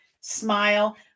smile